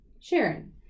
Sharon